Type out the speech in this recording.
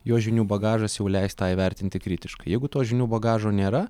jo žinių bagažas jau leis tą įvertinti kritiškai jeigu to žinių bagažo nėra